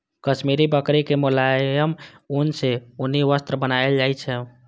काश्मीरी बकरी के मोलायम ऊन सं उनी वस्त्र बनाएल जाइ छै